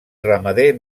ramader